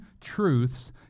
truths